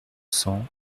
cents